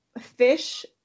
fish